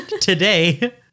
today